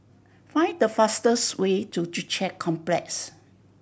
find the fastest way to Joo Chiat Complex